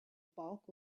bulk